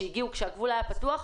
שהגיעו כאשר הגבול היה פתוח,